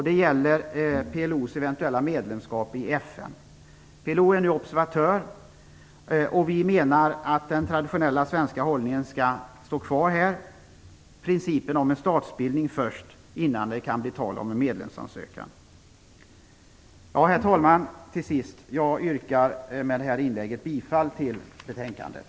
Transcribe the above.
Det gäller PLO:s eventuella medlemskap i FN. PLO är nu observatör. Vi menar att den traditionella svenska hållningen skall stå kvar, dvs. principen om en statsbildning innan det kan bli tal om en medlemsansökan. Herr talman! Jag yrkar med detta inlägg bifall till hemställan i betänkandet.